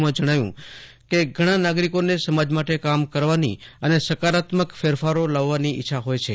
તેમણે જણાવ્યું હતું કેઘણાં નાગરિકોને સમાજ માટે કામ કરવાની અને સકારાત્મક ફેરફારો લાવવાની ઇચ્છા હોય છે